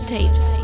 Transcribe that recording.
Tapes